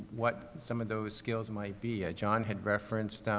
what some of those skills might be. ah john had referenced, um,